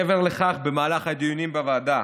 מעבר לכך, במהלך הדיונים בוועדה